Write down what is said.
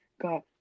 got